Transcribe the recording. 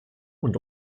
und